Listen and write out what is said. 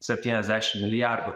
septyniasdešim milijardų